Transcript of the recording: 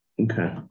Okay